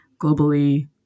globally